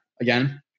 again